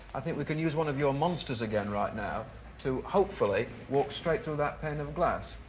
i think we can use one of your monsters again right now to hopefully walk straight through that pane of glass.